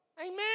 Amen